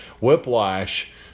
Whiplash